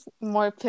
more